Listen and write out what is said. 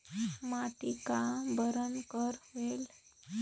माटी का बरन कर होयल?